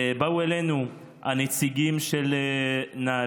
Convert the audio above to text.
באו אלינו נציגים של נעל"ה.